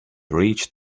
reach